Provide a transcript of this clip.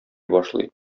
башлый